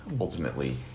ultimately